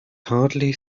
hardly